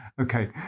Okay